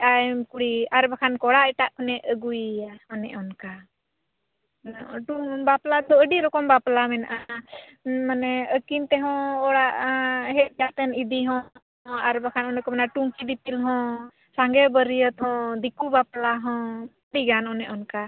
ᱠᱩᱲᱤ ᱟᱨ ᱵᱟᱠᱷᱟᱱ ᱠᱚᱲᱟ ᱮᱴᱟᱜ ᱠᱷᱚᱱᱮ ᱟᱹᱜᱩᱭᱟ ᱚᱱᱮ ᱚᱱᱠᱟ ᱟᱫᱚ ᱵᱟᱯᱞᱟ ᱫᱚ ᱟᱹᱰᱤ ᱨᱚᱠᱚᱢ ᱵᱟᱯᱞᱟ ᱢᱮᱱᱟᱜᱼᱟ ᱢᱟᱱᱮ ᱟᱹᱠᱤᱱ ᱛᱮᱦᱚᱸ ᱚᱲᱟᱜ ᱦᱮᱡ ᱠᱟᱛᱮᱫ ᱤᱫᱤ ᱦᱚᱸ ᱟᱮ ᱵᱟᱝᱠᱷᱟᱱ ᱚᱱᱮ ᱠᱚ ᱢᱮᱱᱟ ᱴᱩᱝᱠᱤ ᱫᱤᱯᱤᱞ ᱦᱚᱸ ᱥᱟᱸᱜᱮ ᱵᱟᱹᱨᱭᱟᱹᱛ ᱦᱚᱸ ᱫᱤᱠᱩ ᱵᱟᱯᱞᱟ ᱦᱚᱸ ᱟᱹᱰᱤ ᱜᱟᱱ ᱚᱱᱮ ᱚᱱᱠᱟ